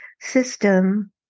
system